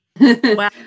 Wow